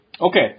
Okay